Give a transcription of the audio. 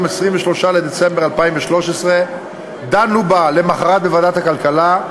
23 בדצמבר 2013. דנו בה למחרת בוועדת הכלכלה,